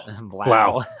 wow